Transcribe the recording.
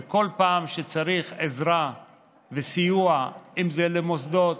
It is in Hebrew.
וכל פעם שצריך עזרה וסיוע, אם זה למוסדות,